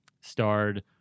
starred